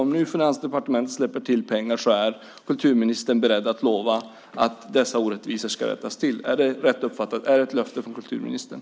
Om nu Finansdepartementet släpper till pengar så är kulturministern beredd att lova att dessa orättvisor ska rättas till. Är det rätt uppfattat? Är det ett löfte från kulturministern?